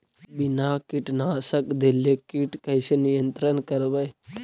बिना कीटनाशक देले किट कैसे नियंत्रन करबै?